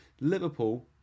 Liverpool